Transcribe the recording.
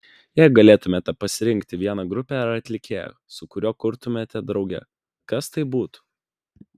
jei galėtumėte pasirinkti vieną grupę ar atlikėją su kuriuo kurtumėte drauge kas tai būtų